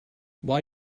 why